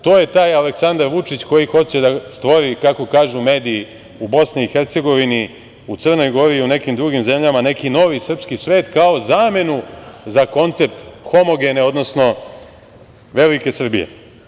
To je taj Aleksandar Vučić koji hoće da stvori kako kažu mediji u BiH, u Crnoj Gori i u nekim drugim zemljama, neki novi srpski svet kao zamenu za koncept homogene, odnosno velike Srbije.